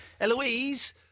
Eloise